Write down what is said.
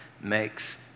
makes